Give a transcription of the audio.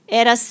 era